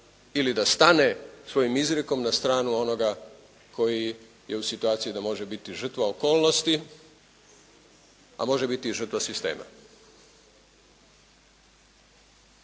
ili da stane svojim izrijekom na stranu onoga koji je u situaciji da može biti žrtva okolnosti, a može biti i žrtva sistema.